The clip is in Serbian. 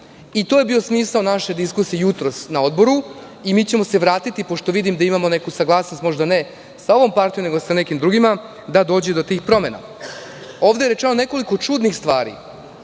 To je bio smisao naše diskusije jutros na Odboru i mi ćemo se vratiti, pošto vidim da imamo neku saglasnost, možda ne sa ovom partijom, nego sa nekim drugima, da dođe do tih promena. Ovde je rečeno nekoliko čudnih stvari.